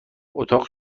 اتاق